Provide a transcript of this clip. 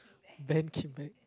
band came back